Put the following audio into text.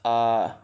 uh